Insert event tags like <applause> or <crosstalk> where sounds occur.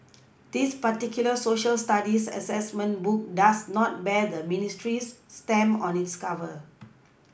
this particular Social Studies assessment book does not bear the ministry's stamp on its cover <noise>